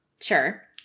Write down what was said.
Sure